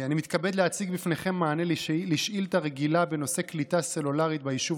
אני מתכבד להציג בפניכם מענה על שאילתה רגילה בנושא קליטה סלולרית ביישוב